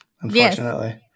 unfortunately